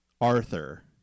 arthur